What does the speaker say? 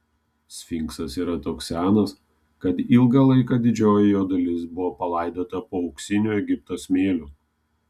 sfinksas yra toks senas kad ilgą laiką didžioji jo dalis buvo palaidota po auksiniu egipto smėliu